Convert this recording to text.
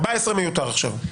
14 מיותר עכשיו.